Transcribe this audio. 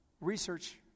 research